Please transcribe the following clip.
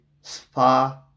spa